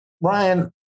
Ryan